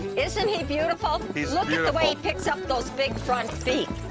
isn't he beautiful? look at the way he picks up those big front feet.